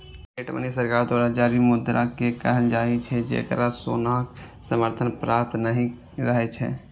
fiat money सरकार द्वारा जारी मुद्रा कें कहल जाइ छै, जेकरा सोनाक समर्थन प्राप्त नहि रहै छै